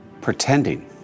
Pretending